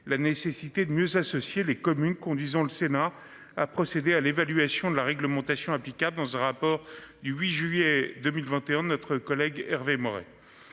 La nécessité de mieux associer les communes conduisant le Sénat a procédé à l'évaluation de la réglementation applicable dans ce rapport du 8 juillet 2021. Notre collègue Hervé Maurey.